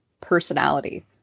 personality